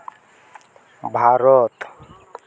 Bharat